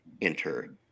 enter